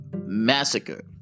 massacre